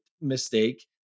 mistake